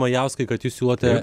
majauskai kad jūs siūlote